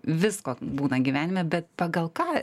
visko būna gyvenime bet pagal ką